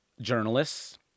journalists